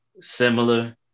similar